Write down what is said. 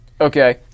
Okay